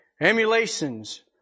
Emulations